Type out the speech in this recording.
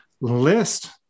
list